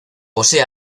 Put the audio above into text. posee